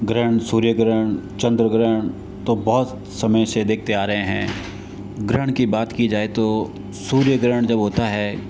ग्रहण सूर्य ग्रहण चंद्र ग्रहण तो बहुत समय से देखते आ रहे है ग्रहण की बात की जाए तो सूर्य ग्रहण जब होता है